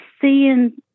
seeing